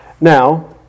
Now